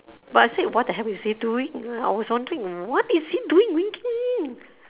but I said what the hell is he doing I was wondering what is he doing winking